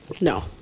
no